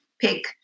pick